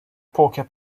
poker